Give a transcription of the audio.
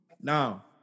Now